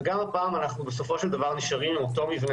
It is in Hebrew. וגם הפעם אנחנו בסופו של דבר נשארים עם אותו מבנה